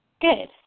Good